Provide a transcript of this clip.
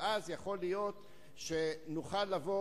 ואז יכול להיות שנוכל לבוא,